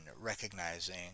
recognizing